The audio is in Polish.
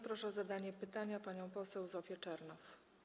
Proszę o zadanie pytania panią poseł Zofię Czernow.